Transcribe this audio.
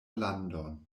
landon